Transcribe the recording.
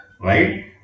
right